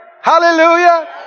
Hallelujah